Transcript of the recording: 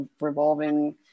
revolving